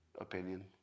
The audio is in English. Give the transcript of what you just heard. opinion